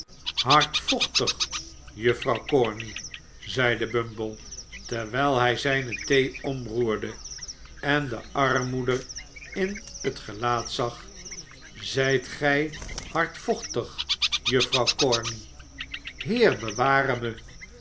hardvochtig juffrouw corney zeide bumble terwijl hij zijne thee omroerde en de armmoeder in het gelaat zag zijt gij hardvochtig juffrouw corney heer bewaar